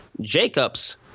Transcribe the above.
Jacob's